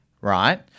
right